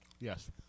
Yes